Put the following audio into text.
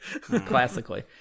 Classically